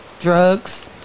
drugs